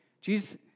Jesus